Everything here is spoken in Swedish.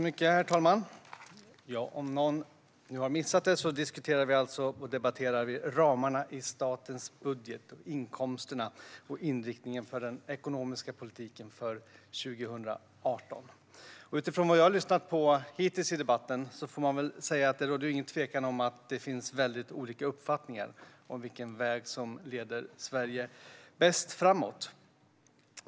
Herr talman! Om nu någon har missat det diskuterar och debatterar vi ramarna i statens budget, inkomsterna och inriktningen för den ekonomiska politiken för 2018. Utifrån vad jag har lyssnat på hittills i debatten råder det inget tvivel om att det finns mycket olika uppfattningar om vilken väg som leder Sverige bäst framåt.